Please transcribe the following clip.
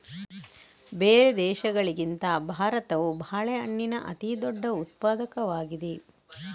ಬೇರೆ ದೇಶಗಳಿಗಿಂತ ಭಾರತವು ಬಾಳೆಹಣ್ಣಿನ ಅತಿದೊಡ್ಡ ಉತ್ಪಾದಕವಾಗಿದೆ